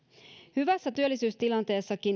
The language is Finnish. hyvässäkin työllisyystilanteessa